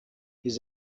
his